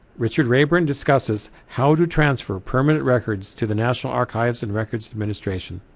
richard rayburn discusses how to transfer permanent records to the national archives and records administration.